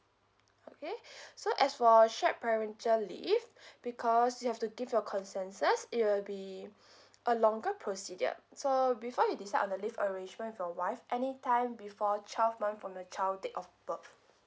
okay so as for shared parental leave because you have to give your consensus it will be a longer procedure so before you decide on the leave arrangement with your wife any time before twelve month from the child date of birth